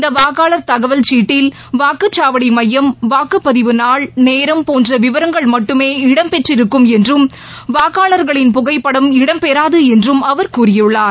இந்த வாக்காளர் தகவல் சீட்டில் வாக்குச்சாவடி மையம் வாக்குப்பதிவு நாள் நேரம் போன்ற விவரங்கள் மட்டுமே இடம்பெற்றிருக்கும் என்றும் வாக்னளர்களின் புகைப்படம் இடம்பெறாது என்றும் அவர் கூறியுள்ளார்